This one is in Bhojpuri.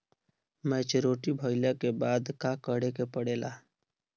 मैच्योरिटी भईला के बाद का करे के पड़ेला?